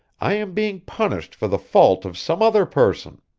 i am being punished for the fault of some other person.